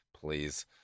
please